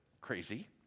crazy